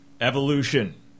Evolution